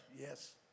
Yes